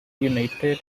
united